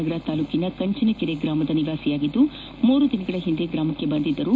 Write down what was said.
ನಗರ ತಾಲ್ಲೂಕಿನ ಕಂಚಿನಕೆರೆ ಗ್ರಾಮದ ನಿವಾಸಿಯಾಗಿದ್ದು ಮೂರು ದಿನಗಳ ಹಿಂದೆ ಗ್ರಾಮಕ್ಷೆ ಬಂದಿದ್ದರು